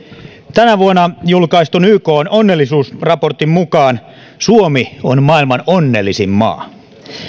tänä vuonna julkaistun ykn onnellisuusraportin mukaan suomi on maailman onnellisin maa